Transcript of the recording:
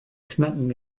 knacken